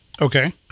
Okay